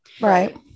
Right